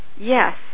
Yes